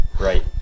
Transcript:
Right